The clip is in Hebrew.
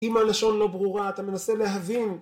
אם הלשון לא ברורה אתה מנסה להבין